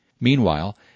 Meanwhile